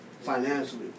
financially